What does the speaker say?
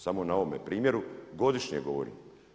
Samo na ovome primjeru, godišnje govorim.